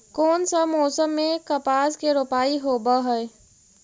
कोन सा मोसम मे कपास के रोपाई होबहय?